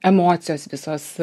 emocijos visos